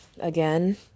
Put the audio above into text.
again